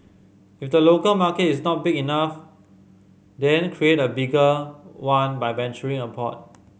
if the local market is not big enough then create a bigger one by venturing abroad